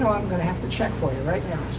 i'm going to have to check for you, right now.